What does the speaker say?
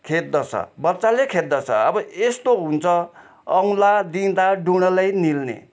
खेद्धछ बाछोले खेद्धछ अब यस्तो हुन्छ औँला दिँदा डुँडलै निल्ने